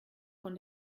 von